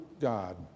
God